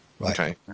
Okay